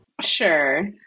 Sure